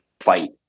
fight